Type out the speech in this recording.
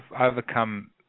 overcome